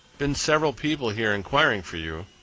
been several people here enquiring for you.